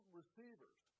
receivers